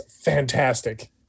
fantastic